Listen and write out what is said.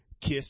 kiss